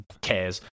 cares